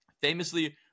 famously